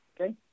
Okay